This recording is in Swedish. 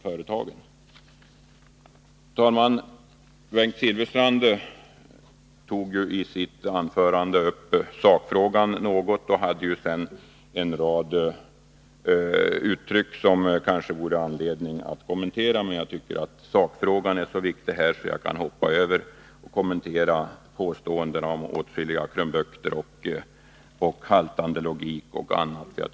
Bengt Silfverstrand tog i sitt anförande något upp sakfrågan och använde sedan en rad uttryck som det kanske vore anledning att kommentera. Jag tycker emellertid att sakfrågan är så viktig att jag kan hoppa över att kommentera påståendena om åtskilliga krumbukter, haltande logik osv.